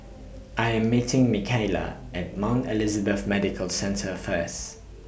I Am meeting Micayla At Mount Elizabeth Medical Centre First